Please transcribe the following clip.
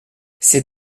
ces